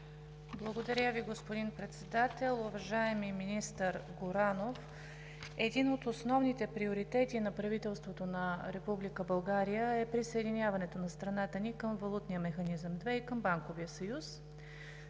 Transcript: Благодаря Ви, господин Председател. Уважаеми министър Горанов, един от основните приоритети на правителството на Република България е присъединяването на страната към Валутния механизъм II и към Банковия съюз.